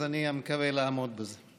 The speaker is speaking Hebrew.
אז אני מתכוון לעמוד בזה.